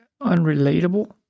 unrelatable